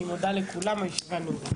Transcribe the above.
אני מודה לכולם, הישיבה נעולה.